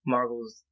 Marvel's